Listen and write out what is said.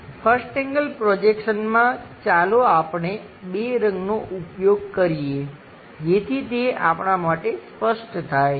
1st angle પ્રોજેક્શનમાં ચાલો આપણે બે રંગનો ઉપયોગ કરીએ જેથી તે આપણા માટે સ્પષ્ટ થાય